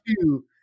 two